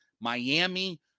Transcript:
Miami